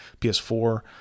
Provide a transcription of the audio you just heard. PS4